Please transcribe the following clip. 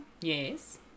Yes